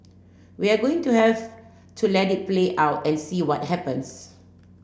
we're going to have to let it play out and see what happens